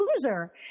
loser